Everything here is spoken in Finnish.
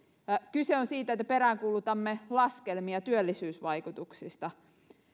kyse on siitä että peräänkuulutamme laskelmia työllisyysvaikutuksista